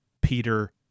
Peter